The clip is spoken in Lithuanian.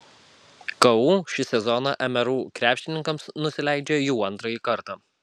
ku šį sezoną mru krepšininkams nusileidžia jau antrąjį kartą